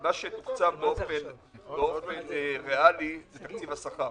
מה שתוקצב באופן ריאלי הוא תקציב השכר.